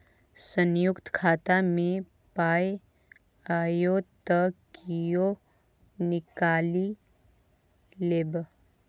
संयुक्त खाता मे पाय आओत त कियो निकालि लेब